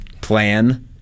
plan